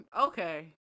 Okay